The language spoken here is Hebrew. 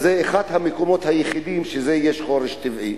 זה אחד המקומות היחידים שיש חורש טבעי.